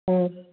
ꯑꯥ